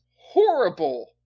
horrible